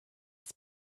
his